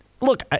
look